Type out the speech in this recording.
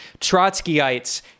Trotskyites